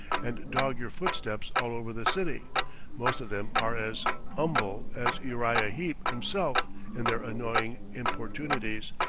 and dog your footsteps all over the city most of them are as umble as uriah heep himself in their annoying importunities,